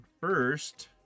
first